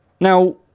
Now